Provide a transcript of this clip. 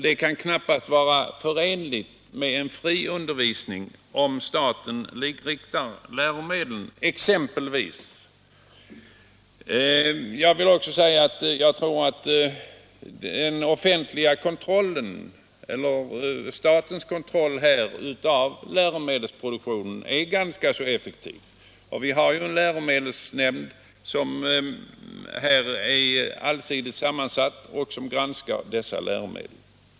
Det kan knappast vara förenligt med en fri undervisning om staten exempelvis likriktar läromedlen. Jag tror också att statens kontroll av läromedelsproduktionen är ganska effektiv. Det finns en särskild nämnd som granskar läromedlen och som är allsidigt sammansatt.